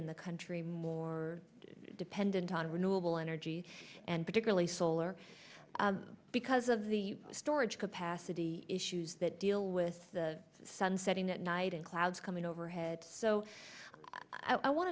in the country more dependent on renewable energy and particularly solar because of the storage capacity issues that deal with the sun setting that night and clouds coming overhead so i want